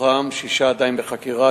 מתוכם שישה עדיין בחקירה,